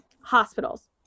hospitals